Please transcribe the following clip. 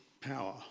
power